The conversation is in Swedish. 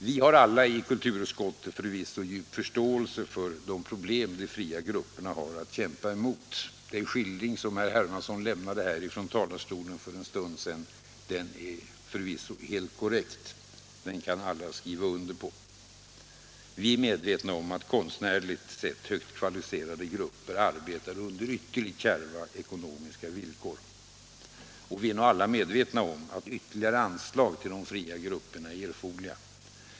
Vi har förvisso alla i kulturutskottet djup förståelse för de problem de fria grupperna har att kämpa med. Den skildring som herr Hermansson för en stund sedan lämnade från denna talarstol är sannerligen helt korrekt. Vi är medvetna om att konstnärligt sett högt kvalificerade grupper arbetar under ytterligt kärva ekonomiska villkor. Och vi är nog alla medvetna om att ytterligare anslag till de fria grupperna är erforderliga.